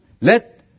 Let